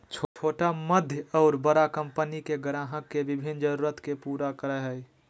छोटा मध्य और बड़ा कंपनि के ग्राहक के विभिन्न जरूरत के पूरा करय हइ